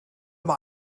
aber